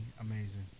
amazing